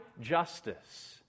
justice